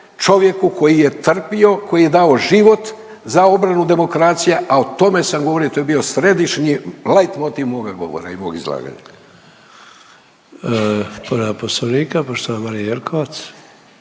čovjeku koji je trpio, koji je dao život za obranu demokracije, a o tome sam govorio, to je bio središnji lajt motiv moga govora i mog izlaganja. **Sanader, Ante (HDZ)** Povreda Poslovnika poštovana Marija Jelkovac.